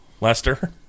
Lester